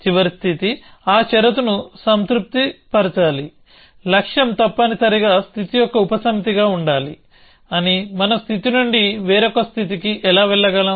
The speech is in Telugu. చివరి స్థితి ఆ షరతును సంతృప్తి పరచాలి లక్ష్యం తప్పనిసరిగా స్థితి యొక్క ఉపసమితిగా ఉండాలి అని మనం స్థితి నుండి వేరోకస్థితి కి ఎలా వెళ్లగలం